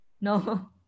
No